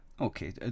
okay